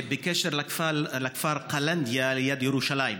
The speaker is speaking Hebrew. בקשר לכפר קלנדיה ליד ירושלים.